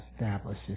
establishes